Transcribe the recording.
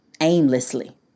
aimlessly